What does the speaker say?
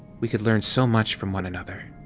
we could learn so much from one another.